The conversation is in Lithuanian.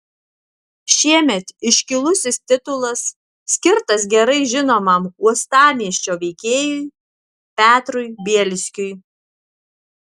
šiemet iškilusis titulas skirtas gerai žinomam uostamiesčio veikėjui petrui bielskiui